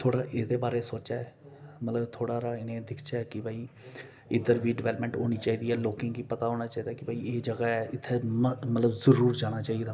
थोह्ड़ा एह्दे बारे च मतलब थोह्ड़ा जेहा इनेंगी दिखचै कि इद्धर बी डिबेल्पमेंट होनी चाहिदी ऐ लोकें गी पता होना चाहिदा कि एह् जगह है मतलब जरुर जाना चाहिदा